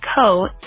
coat